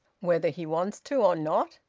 whether he wants to or not?